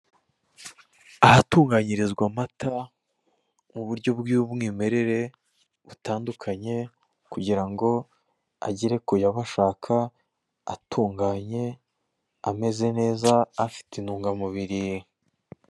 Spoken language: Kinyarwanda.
Ahatunganyirizwa amata mu buryo bw'umwimerere butandukanye kugira ngo agere kubayashaka atunganye ameze neza afite intungamubiri.